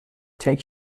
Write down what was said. take